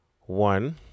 One